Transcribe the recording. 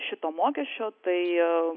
šito mokesčio tai